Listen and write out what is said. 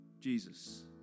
Jesus